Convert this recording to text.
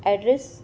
address